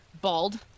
bald